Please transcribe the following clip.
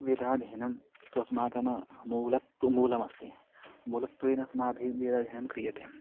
वेदाध्ययनं तु अस्माकं मूलत्वं मूलमस्ति मूलत्वेन अस्माभिः विरधिं क्रियते